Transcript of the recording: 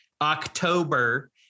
October